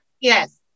Yes